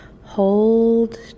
Hold